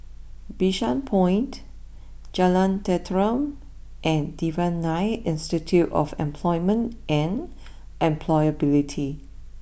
Bishan Point Jalan Tenteram and Devan Nair Institute of Employment and Employability